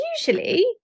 usually